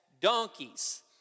donkeys